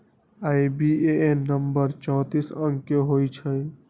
IBAN number चौतीस अंक के होइ छइ